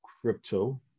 crypto